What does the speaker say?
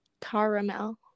Caramel